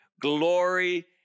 glory